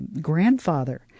grandfather